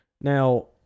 Now